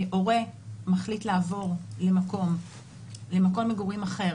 הורה מחליט לעבור ממקום למקום מגורים אחר,